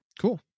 Cool